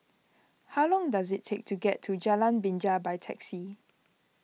how long does it take to get to Jalan Binja by taxi